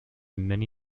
many